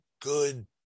good